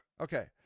Okay